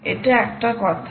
এটা একটা কথা